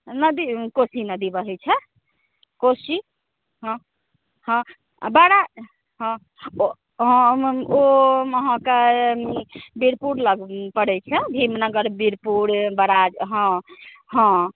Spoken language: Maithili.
नदी कोशी नदी बहै छै कोशी हँ हँ बड़ा हँ हंँ ओ अहाँकए बीरपुर लग पड़ै छै भीमनगर बीरपुर बराज हँ हँ हँ